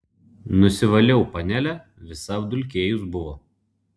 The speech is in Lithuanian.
nusivaliau panelę visa apdulkėjus buvo